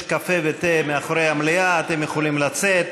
יש קפה ותה מאחורי המליאה, אתם יכולים לצאת.